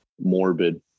morbid